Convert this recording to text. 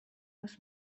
درست